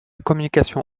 communication